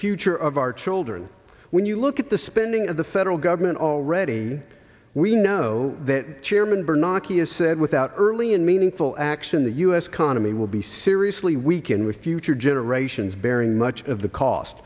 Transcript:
future of our children when you look at the spending of the federal government already we know that chairman bernanke has said without early and meaningful action the u s economy will be seriously weakened with future generations bearing much of the cost